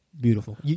Beautiful